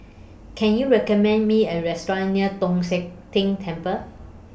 Can YOU recommend Me A Restaurant near Tong Sian Tng Temple